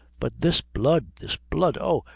but this blood! this blood! oh,